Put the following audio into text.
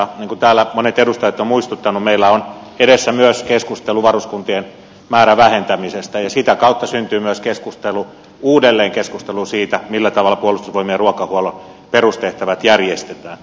niin kuin täällä monet edustajat ovat muistuttaneet meillä on edessä myös keskustelu varuskuntien määrän vähentämisestä ja sitä kautta syntyy myös uudelleen keskustelu siitä millä tavalla puolustusvoimien ruokahuollon perustehtävät järjestetään